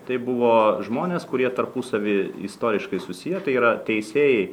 tai buvo žmonės kurie tarpusavy istoriškai susiję tai yra teisėjai